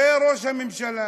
זה ראש הממשלה.